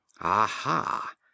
Aha